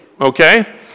okay